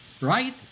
right